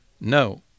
no